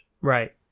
Right